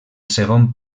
segon